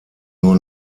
nur